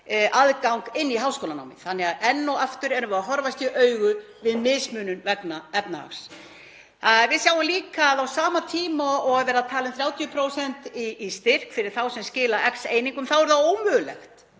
aðgang inn í háskólanámið. Enn og aftur erum við að horfast í augu við mismunun vegna efnahags. Við sjáum líka að á sama tíma og er verið að tala um 30% í styrk fyrir þá sem skila X einingum þá er það ómögulegt